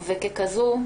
ככזו,